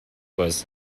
was